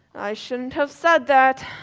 i shouldn't have said that.